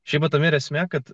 šiemet tame ir esmė kad